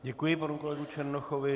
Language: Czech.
Děkuji panu kolegovi Černochovi.